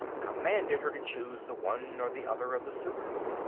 commanded her to choose the one or the other of the suitors.